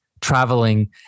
traveling